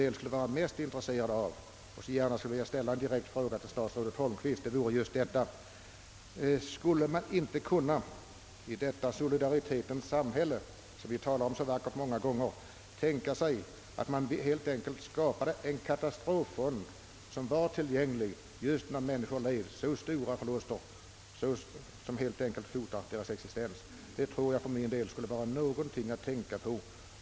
Men jag är ännu mera intresserad av en annan sak, som jag nu vill ställa en direkt fråga till statsrådet Holmqvist om: Skulle vi inte i vårt solidaritetens samhälle, som vi så ofta och så vackert talar om, kunna skapa något slags katastroffond, tillgänglig för människor som lider så stora förluster att hela deras existens hotas? Det tror jag skulle vara något att tänka på.